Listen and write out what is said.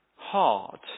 Hard